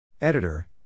Editor